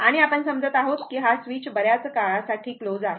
आणि आपण समजत आहोत की हा स्विच बर्याच काळासाठी क्लोज आहे